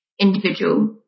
individual